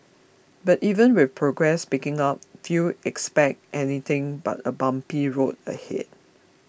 but even with progress picking up few expect anything but a bumpy road ahead